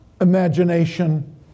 imagination